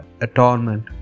Atonement